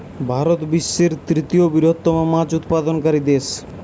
ভারত বিশ্বের তৃতীয় বৃহত্তম মাছ উৎপাদনকারী দেশ